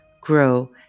grow